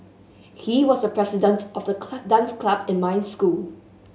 he was the president of the dance club in my school